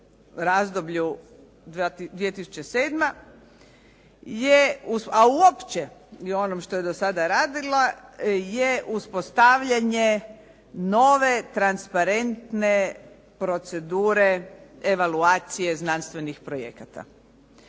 razdoblju 2007. je, a uopće i u onom što je do sada radila, je uspostavljanje nove transparentne procedure evaluacije znanstvenih projekata.